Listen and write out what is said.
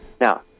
Now